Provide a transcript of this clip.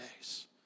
days